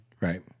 Right